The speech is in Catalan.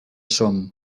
som